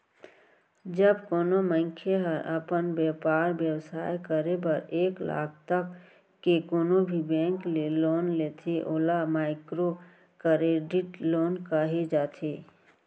जब कोनो मनखे ह अपन बेपार बेवसाय करे बर एक लाख तक के कोनो भी बेंक ले लोन लेथे ओला माइक्रो करेडिट लोन कहे जाथे